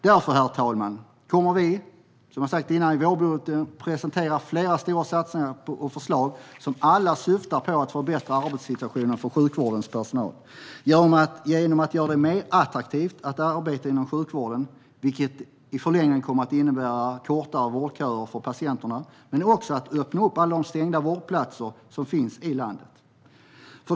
Därför, herr talman, kommer vi som sagt att presentera flera stora satsningar och förslag som alla syftar till att förbättra arbetssituationen för sjukvårdens personal genom att göra det mer attraktivt att arbeta inom sjukvården, vilket i förlängningen kommer att innebära kortare vårdköer för patienterna men också att alla de stängda vårdplatserna som finns i landet öppnas upp.